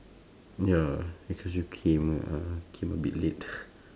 ya because you came uh came a bit late